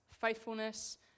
faithfulness